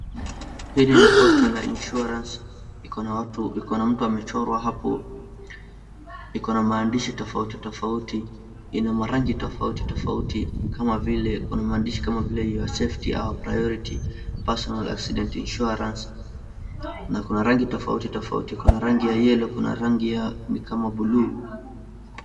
Hili ni cs[poster]cs la cs[insurance]cs, iko na mtu amechorwa hapo, iko na maandishi tofautitofauti, ina marangi tofautitofauti, ina maandishi kama vile cs [your safety]cs, cs[ our priority]cs, cs[personal accident insurance]cs, na kuna rangi tofautitofauti kuna rangi ya cs[yellow]cs na kama cs[blue]cs.